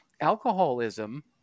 alcoholism